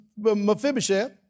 Mephibosheth